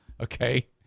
Okay